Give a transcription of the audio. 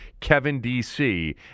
KevinDC